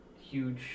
huge